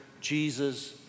Jesus